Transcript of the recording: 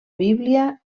bíblia